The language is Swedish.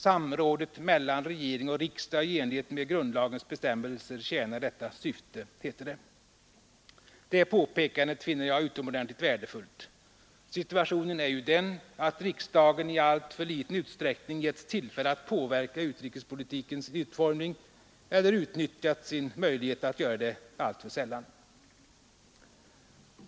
”Samrådet mellan regering och riksdag i enlighet med grundlagens bestämmelser tjänar detta syfte”, heter det. Det påpekandet finner jag utomordentligt värdefullt. Situationen är ju den att riksdagen i allt för liten utsträckning getts tillfälle att påverka utrikespolitikens utformning eller alltför sällan har utnyttjat sin möjlighet att göra det.